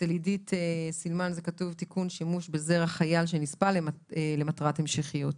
אצל עידית סילמן זה כתוב: תיקון שימוש בזרע חייל שנספה למטרת המשכיות.